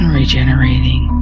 regenerating